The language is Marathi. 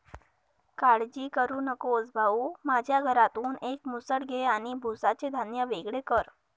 काळजी करू नकोस भाऊ, माझ्या घरातून एक मुसळ घे आणि भुसाचे धान्य वेगळे कर